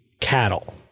cattle